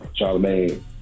Charlamagne